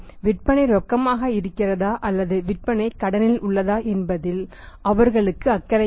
விற்பனை ரொக்கமாக இருக்கிறதா அல்லது விற்பனை கடனில் உள்ளதா என்பதில் அவர்களுக்கு அக்கறை இல்லை